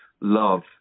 love